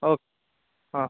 okay ಹಾಂ